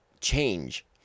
change